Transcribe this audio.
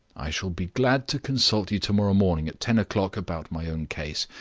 i shall be glad to consult you to-morrow morning, at ten o'clock, about my own case.